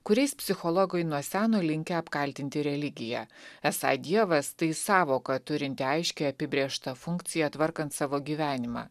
kuriais psichologai nuo seno linkę apkaltinti religiją esą dievas tai sąvoka turinti aiškiai apibrėžtą funkciją tvarkant savo gyvenimą